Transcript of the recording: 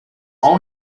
all